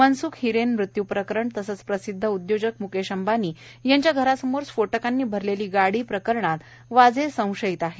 मनसूख हिरेन मृत्यू प्रकरण तसंच प्रसिदध उदयोजक मुकेश अंबानी यांच्या घरासमोर स्फोटकांनी भरलेली गाडी प्रकरणात वाझे संशयित आहेत